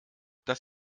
dass